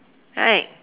right